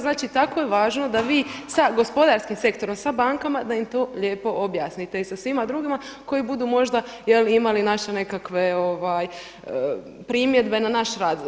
Znači, tako je važno da vi sa gospodarskim sektorom, sa bankama da im to lijepo objasnite i sa svima drugima koji budu možda imali naše nekakve primjedbe na naš rad.